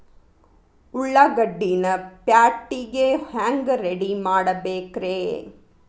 ಉಳ್ಳಾಗಡ್ಡಿನ ಪ್ಯಾಟಿಗೆ ಹ್ಯಾಂಗ ರೆಡಿಮಾಡಬೇಕ್ರೇ?